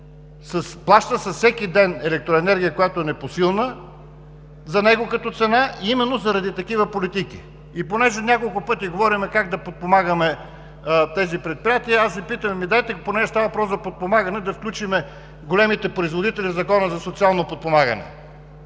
плаща всеки ден електроенергия, която е непосилна за него като цена, именно заради такива политики. И понеже няколко пъти говорим как да подпомагаме тези предприятия, понеже става въпрос за подпомагане, дайте да включим големите производители в Закона за социално подпомагане,